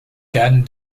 canne